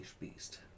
beast